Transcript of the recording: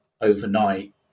overnight